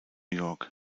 york